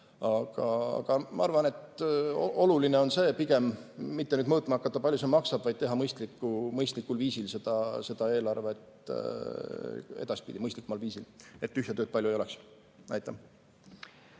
Aga ma arvan, et oluline on pigem mitte nüüd mõõtma hakata, kui palju see maksab, vaid teha mõistlikul viisil seda eelarvet, edaspidi mõistlikumal viisil, et tühja tööd palju ei oleks. Kindlasti